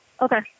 Okay